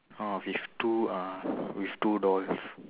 of with two uh with two doors